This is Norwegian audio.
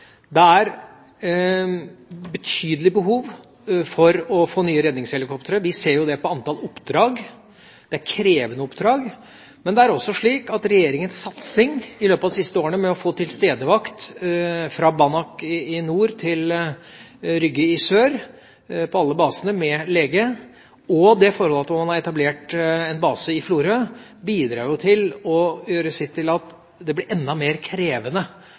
Det er betydelig behov for å få nye redningshelikoptre. Vi ser jo det på antall oppdrag. Det er krevende oppdrag. Men regjeringas satsing i løpet av de siste årene med tilstedevakt fra Banak i nord til Rygge i sør, med lege på alle basene, og det forhold at man har etablert en base i Florø, gjør jo sitt til at det blir enda mer krevende